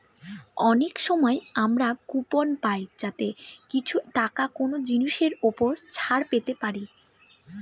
অনেক সময় আমরা কুপন পাই যাতে কিছু টাকা কোনো জিনিসের ওপর ছাড় পেতে পারি